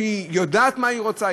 שהיא יודעת מה היא רוצה,